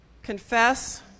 Confess